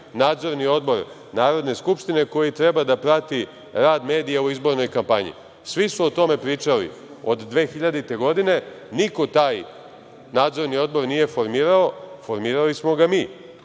Nadzorni odbor Narodne skupštine koji treba da prati rad medija u izbornoj kampanji. Svi su o tome pričali od 2000. godine, niko taj nadzorni odbor nije formirao, formirali smo ga mi.